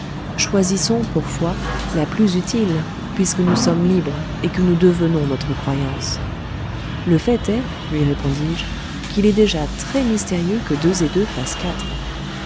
choisissons pour foi la plus utile puisque nous sommes libres et que nous devenons notre croyance le fait est lui répondis-je qu'il est déjà très mystérieux que deux et deux fassent quatre